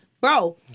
bro